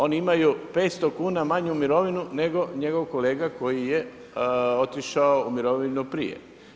Oni imaju 500 kuna manju mirovinu nego njegov kolega koji je otišao u mirovinu prije.